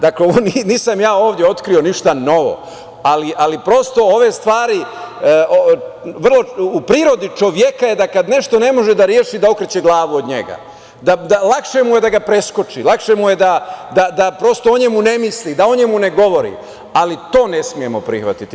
Dakle, nisam ja ovde otkrio ništa novo, ali prosto u prirodi čoveka je da kad nešto ne može da reši, da okreće glavu od njega, lakše mu je da ga preskoči, lakše mu je da prosto o njemu ne misli, da o njemu ne govori, ali to ne smemo prihvatiti.